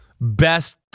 best